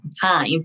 time